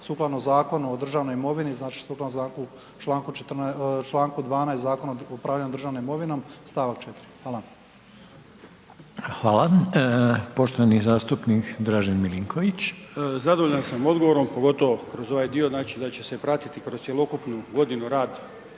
sukladno Zakonu o državnoj imovini, znači sukladno članku 12. Zakona o upravljanju državnom imovinom, stavak 4. Hvala. **Reiner, Željko (HDZ)** Hvala. Poštovani zastupnik Dražen Milinković. **Milinković, Dražen (HDZ)** Zadovoljan sam odgovorom, pogotovo kroz ovaj dio znači da će se pratiti kroz cjelokupnu godinu rad